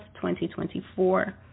2024